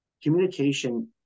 Communication